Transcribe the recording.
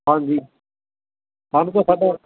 ਹਾਂਜੀ ਸਾਨੂੰ ਤਾ ਸਾਡਾ